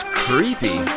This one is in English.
creepy